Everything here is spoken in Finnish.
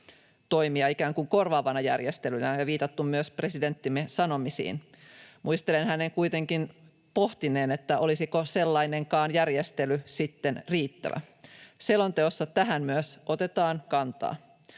toimia ikään kuin korvaavana järjestelynä, ja viitattu myös presidenttimme sanomisiin. Muistelen hänen kuitenkin pohtineen, olisiko sellainenkaan järjestely sitten riittävä. Selonteossa tähän myös otetaan kantaa: